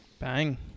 Bang